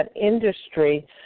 industry